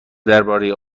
درباره